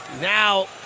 now